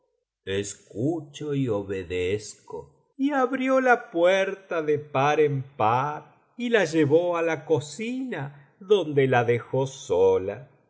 escucho y obedezco y abrió la puerta de par en par y la llevó a la cocina donde la dejó sola